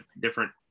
different